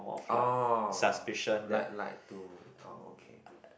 orh like like to oh okay